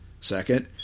Second